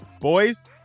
boys